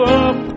up